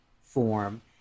form